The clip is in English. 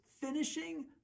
finishing